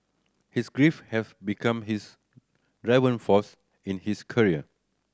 his grief have become his driving force in his career